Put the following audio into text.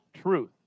truth